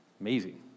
Amazing